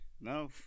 No